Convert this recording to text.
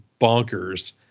bonkers